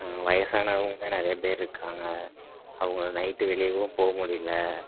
ஆ வயசானவங்க நிறைய பேர் இருக்காங்க அவங்க நைட்டு வெளியேவும் போக முடியல